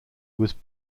was